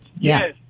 Yes